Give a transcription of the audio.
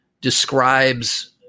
describes